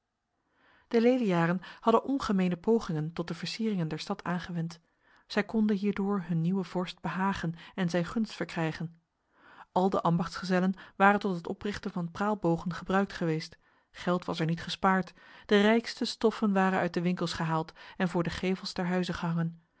de leliaren hadden ongemene pogingen tot de versiering der stad aangewend zij konden hierdoor hun nieuwe vorst behagen en zijn gunst verkrijgen al de ambachtsgezellen waren tot het oprichten van praalbogen gebruikt geweest geld was er niet gespaard de rijkste stoffen waren uit de winkels gehaald en voor de gevels